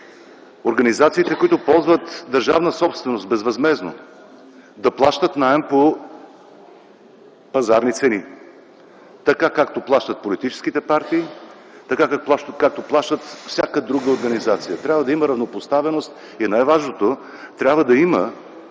организациите, които ползват безвъзмездно държавна собственост, да плащат наем по пазарни цени, така както плащат политическите партии, така както плаща всяка друга организация. Трябва да има равнопоставеност. И най-важното – трябва да има